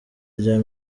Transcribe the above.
rya